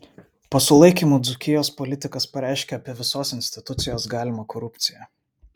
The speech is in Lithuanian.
po sulaikymų dzūkijos politikas pareiškia apie visos institucijos galimą korupciją